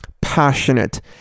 passionate